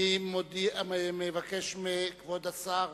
אני מבקש מכבוד השר